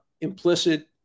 implicit